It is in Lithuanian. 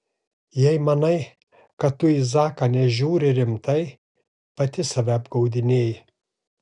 jei manai kad tu į zaką nežiūri rimtai pati save apgaudinėji